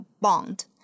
bond